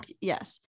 Yes